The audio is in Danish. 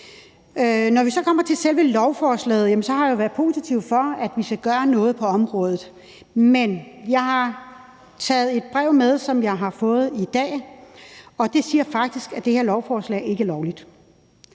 Når vi så kommer til selve lovforslaget, har jeg jo været positiv over for, at vi skal gøre noget på området, men jeg har taget et brev med, som jeg har fået i dag, og det siger faktisk, at det her lovforslag ikke er lovligt,